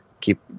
keep